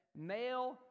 male